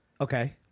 Okay